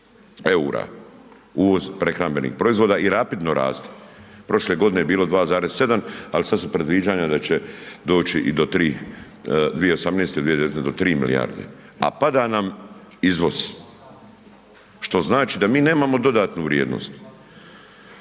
EUR-a, uvoz prehrambenih proizvoda i rapidno raste. Prošle godine je bilo 2,7, al sad su predviđanja da će doći i do 3, 2018., 2019. do 3 milijarde, a pada nam izvoz, što znači da mi nemamo dodatnu vrijednost.